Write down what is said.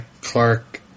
Clark